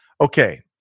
Okay